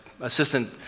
Assistant